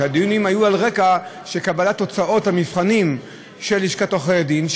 הדיונים היו על רקע קבלת תוצאות המבחנים של לשכת עורכי הדין,